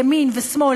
ימין ושמאל,